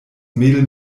mädel